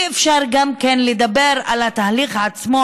גם אי-אפשר לדבר על התהליך עצמו,